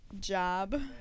job